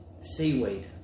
seaweed